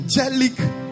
angelic